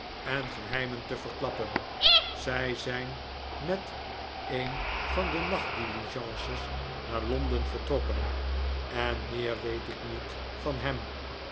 en geheimen te verklappen zij zijn met een van de nachtdiligences naar londen vertrokken en meer weet ik niet van hem